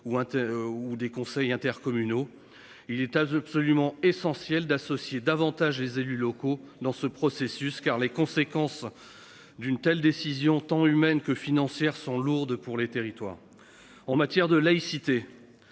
ou des conseils intercommunaux. Il est as absolument essentiel d'associer davantage les élus locaux dans ce processus car les conséquences. D'une telle décision tant humaines que financières sont lourdes pour les territoires en matière de laïcité.